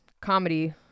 comedy